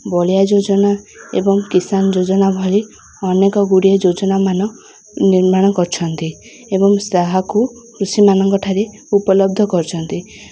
ବଳିଆ ଯୋଜନା ଏବଂ କିଷାନ୍ ଯୋଜନା ଭଳି ଅନେକ ଗୁଡ଼ିଏ ଯୋଜନାମାନ ନିର୍ମାଣ କରିଛନ୍ତି ଏବଂ ତାହାକୁ କୃଷିମାନଙ୍କଠାରେ ଉପଲବ୍ଧ କରିଛନ୍ତି